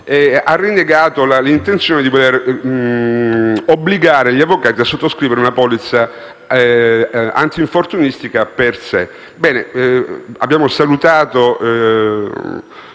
ha rinnegato l'intenzione di voler obbligare gli avvocati a sottoscrivere una polizza antinfortunistica per sé.